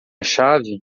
chave